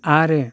आरो